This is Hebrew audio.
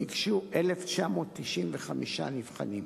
ניגשו 1,995 נבחנים.